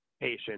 patient